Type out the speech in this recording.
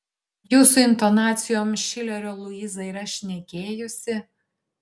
jūsų intonacijom šilerio luiza yra šnekėjusi